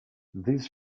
this